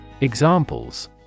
Examples